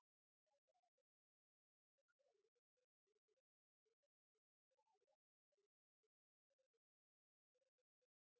det er opplagt at det